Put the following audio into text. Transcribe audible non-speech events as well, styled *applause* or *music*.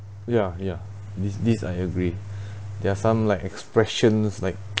ya ya this this I agree *breath* there some like expressions like